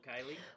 Kylie